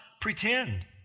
pretend